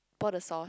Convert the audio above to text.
pour the sauce